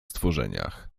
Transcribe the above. stworzeniach